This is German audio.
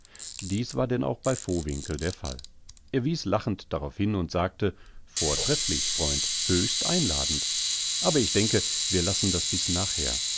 dies war denn auch bei vowinkel der fall er wies lachend darauf hin und sagte vortrefflich freund höchst einladend aber ich denke wir lassen das bis nachher